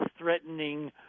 threatening